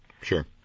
Sure